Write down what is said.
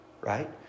right